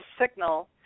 signal